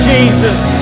Jesus